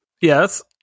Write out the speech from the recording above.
Yes